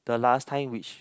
the last time which